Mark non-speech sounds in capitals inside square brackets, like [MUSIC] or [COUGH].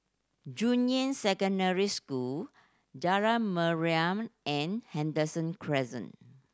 [UNINTELLIGIBLE] Secondary School Jalan Mariam and Henderson Crescent